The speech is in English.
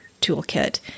toolkit